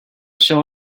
shall